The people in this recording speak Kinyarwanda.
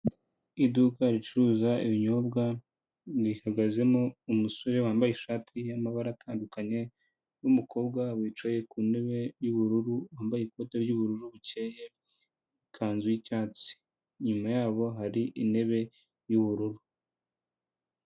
Iduka ricuruza ibinyobwa rihagazemo umusore wambaye ishati y'amabara atandukanye n'umukobwa wicaye ku ntebe y'ubururu wambaye ikoti ry'ubururu bukeye ikanzu y'icyatsi, inyuma yabo hari intebe y'ubururu.